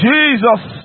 Jesus